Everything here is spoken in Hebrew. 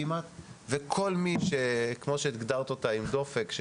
וכל מי שכמו שהגדרת היא עם דופק,